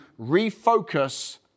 refocus